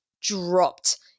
dropped